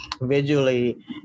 visually